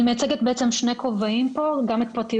אני פה בשני כובעים גם בשם פרטיות